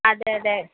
അതെയതെ